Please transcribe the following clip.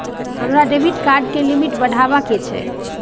हमरा debit card के limit बढावा के छै